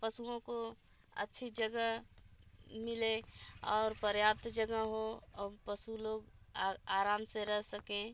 पशुओं को अच्छी जगह मिले और पर्याप्त जगह हो और पशु लोग आराम से रह सकें